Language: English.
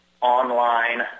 online